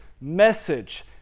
message